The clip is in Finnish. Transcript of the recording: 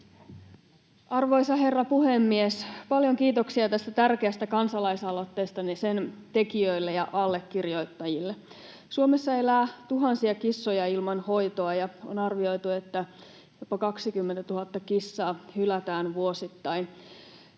Arvoisa herra puhemies! Paljon kiitoksia tästä tärkeästä kansalaisaloitteesta sen tekijöille ja allekirjoittajille. Suomessa elää tuhansia kissoja ilman hoitoa, ja on arvioitu, että jopa 20 000 kissaa hylätään vuosittain.